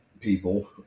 people